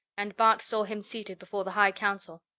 and bart saw him seated before the high council.